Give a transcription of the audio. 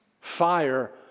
Fire